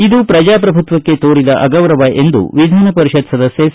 ಇದು ಪ್ರಜಾಪ್ರಭುತ್ವಕ್ಕೆ ತೋರಿದ ಅಗೌರವ ಎಂದು ವಿಧಾನಪರಿಷತ್ ಸದಸ್ಕೆ ಸಿ